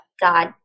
God